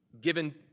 given